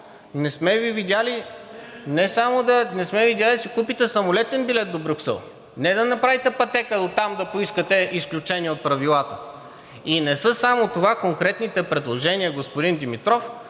не сме Ви видели да си купите самолетен билет до Брюксел, не да направите пътека дотам, за да поискате изключение от правилата. И не са само това конкретните предложения, господин Димитров,